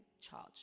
charge